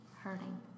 hurting